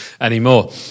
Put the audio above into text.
anymore